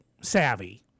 savvy